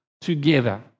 together